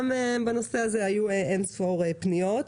גם בנושא הזה היו אין-ספור פניות.